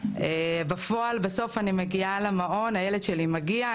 בפועל בסוף אני מגיעה למעון הילד שלי מגיע,